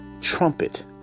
trumpet